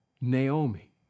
Naomi